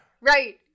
Right